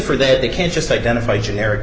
for that they can't just identify generic